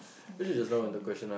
endorphins